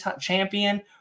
champion